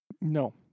No